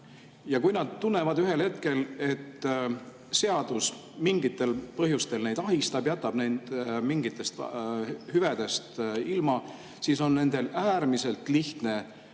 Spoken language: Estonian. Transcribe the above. Ja kui nad tunnevad ühel hetkel, et seadus mingitel põhjustel neid ahistab, jätab mingitest hüvedest ilma, siis on nendel äärmiselt lihtne